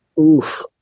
Oof